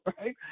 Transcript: right